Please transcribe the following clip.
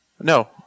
No